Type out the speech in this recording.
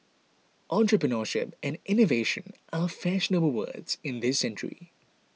entrepreneurship and innovation are fashionable words in this century